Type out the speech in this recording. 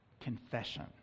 Confession